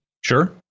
Sure